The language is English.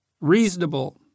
Reasonable